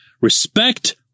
Respect